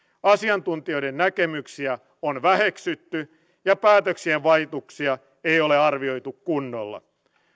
asiantuntijoiden näkemyksiä on väheksytty ja päätöksien vaikutuksia ei ole arvioitu kunnolla